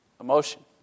emotion